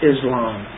Islam